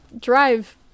drive